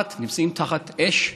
נמצאים תחת אש,